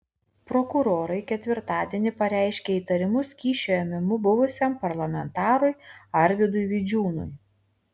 prokurorai ketvirtadienį pareiškė įtarimus kyšio ėmimu buvusiam parlamentarui arvydui vidžiūnui